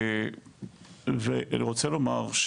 אני רוצה לומר,